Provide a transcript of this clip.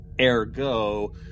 Ergo